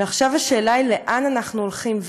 ועכשיו השאלה היא לאן אנחנו הולכים.